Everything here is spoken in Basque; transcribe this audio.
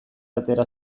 atera